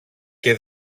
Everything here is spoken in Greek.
και